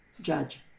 judge